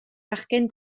fachgen